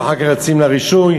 ואחר כך יוצאים לרישוי.